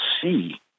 see